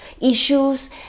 issues